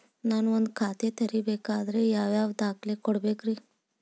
ನಾನ ಒಂದ್ ಖಾತೆ ತೆರಿಬೇಕಾದ್ರೆ ಯಾವ್ಯಾವ ದಾಖಲೆ ಕೊಡ್ಬೇಕ್ರಿ?